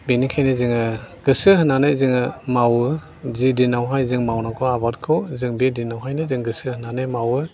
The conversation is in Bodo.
बेनिखायनो जोङो गोसो होनानै जोङो मावो जे दिनावहाय जों मावनांगौ आबादखौ जों बे दिनावहायनो जों गोसो होनानै मावो